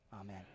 Amen